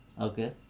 Okay